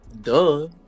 duh